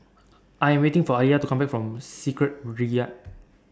I Am waiting For Aliya to Come Back from Secretariat